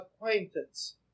acquaintance